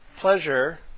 Pleasure